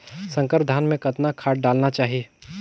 संकर धान मे कतना खाद डालना चाही?